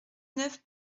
neuf